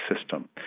system